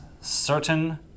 Certain